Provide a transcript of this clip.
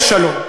יש שלום,